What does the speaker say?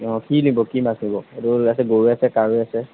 অঁ কি নিব কি মাছ নিব এইটো আছে গৰৈ আছে কাৱৈ আছে